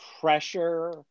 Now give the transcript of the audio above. pressure